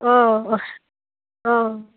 অঁ অঁ অঁ